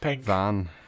van